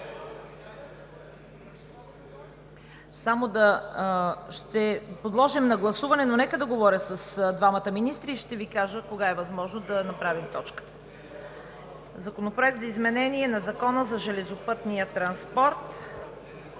„Закон за изменение на Закона за железопътния транспорт“.